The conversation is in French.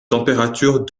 température